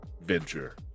venture